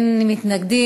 216)